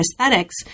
aesthetics